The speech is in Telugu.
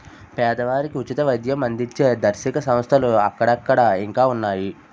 పేదవారికి ఉచిత వైద్యం అందించే ధార్మిక సంస్థలు అక్కడక్కడ ఇంకా ఉన్నాయి